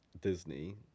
Disney